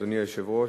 אדוני היושב-ראש,